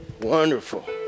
Wonderful